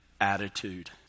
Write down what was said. attitude